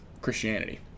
christianity